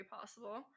possible